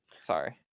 sorry